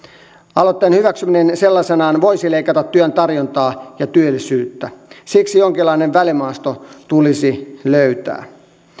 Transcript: aloitteen hyväksyminen sellaisenaan voisi leikata työn tarjontaa ja työllisyyttä siksi jonkinlainen välimaasto tulisi löytää